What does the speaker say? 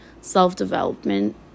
self-development